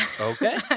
okay